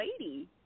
lady